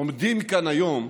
עומדים כאן היום,